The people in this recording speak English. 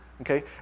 Okay